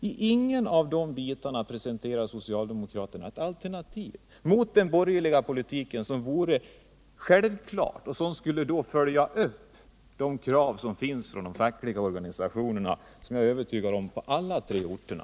Inte i någon av de bitarna presenterar socialdemokraterna ett alternativ till den borgerliga politiken, något som vore självklart och som skulle följa upp de krav som finns — det är jag övertygad om — hos de fackliga organisationerna på alla tre orterna.